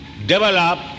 develop